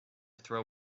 throw